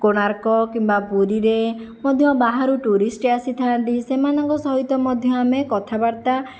କୋଣାର୍କ କିମ୍ବା ପୁରୀରେ ମଧ୍ୟ ବାହାରୁ ଟୁରିଷ୍ଟ ଆସିଥାନ୍ତି ସେମାନଙ୍କ ସହିତ ମଧ୍ୟ ଆମେ କଥାବାର୍ତ୍ତା